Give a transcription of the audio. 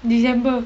december